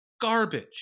garbage